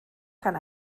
kann